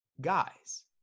guys